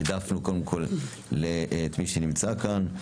העדפנו קודם כול את מי שנמצא כאן.